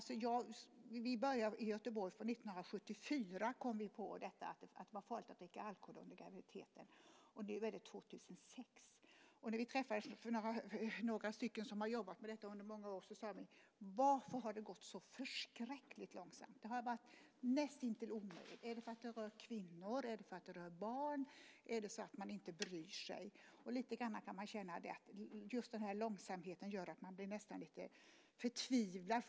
Vi började i Göteborg 1974. Då kom vi på att det var farligt att dricka alkohol under graviditeten. Nu är det 2006. När vi träffades några stycken som jobbat med detta under många år sade vi: Varför har det gått så förskräckligt långsamt? Det har varit näst intill omöjligt. Är det för att det rör kvinnor? Är det för att det rör barn? Är det så att man inte bryr sig? Lite grann kan man känna att just denna långsamhet gör att man blir nästan förtvivlad.